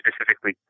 specifically